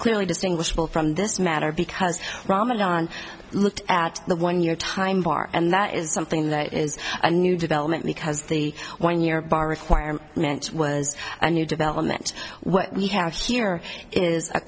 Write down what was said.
clearly distinguishable from this matter because ramadan looked at the one year time bar and that is something that is a new development because the one year bar requirement meant was a new development what we have here is a